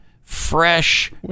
fresh